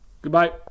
Goodbye